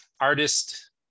artist